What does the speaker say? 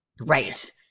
Right